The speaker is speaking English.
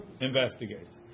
investigates